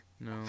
no